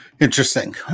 Interesting